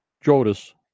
Judas